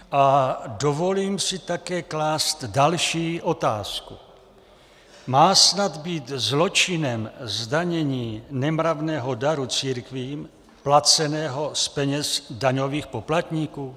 A dovolím si také klást další otázku: Má snad být zločinem zdanění nemravného daru církvím, placeného z peněz daňových poplatníků?